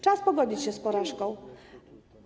Czas pogodzić się z porażką.